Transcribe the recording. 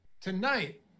Tonight